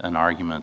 an argument